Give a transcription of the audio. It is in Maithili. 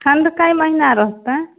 ठण्ड कै महिना रहतै